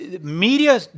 Media